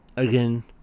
again